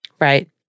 Right